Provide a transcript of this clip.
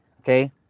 okay